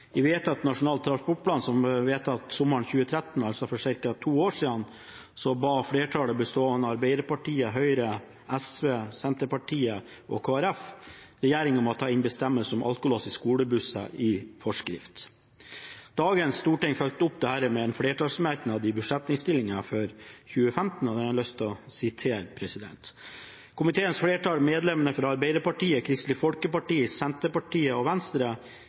I forbindelse med Nasjonal transportplan som ble vedtatt sommeren 2013, altså for ca. to år siden, ba flertallet – bestående av Arbeiderpartiet, Høyre, SV, Senterpartiet og Kristelig Folkeparti – regjeringen om å ta inn bestemmelser om alkolås i skolebusser i forskrift. Dagens storting fulgte opp dette med en flertallsmerknad i budsjettinnstillingen for 2015, og den har jeg lyst til å sitere: «Komiteens flertall, medlemmene fra Arbeiderpartiet, Kristelig Folkeparti, Senterpartiet og Venstre,